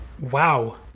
wow